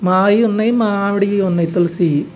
మావి ఉన్నాయి మా ఆవిడవి ఉన్నాయి తులసివి